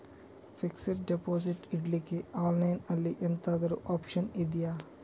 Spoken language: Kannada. ಫಿಕ್ಸೆಡ್ ಡೆಪೋಸಿಟ್ ಇಡ್ಲಿಕ್ಕೆ ಆನ್ಲೈನ್ ಅಲ್ಲಿ ಎಂತಾದ್ರೂ ಒಪ್ಶನ್ ಇದ್ಯಾ?